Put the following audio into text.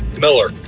Miller